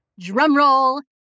Drumroll